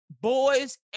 boys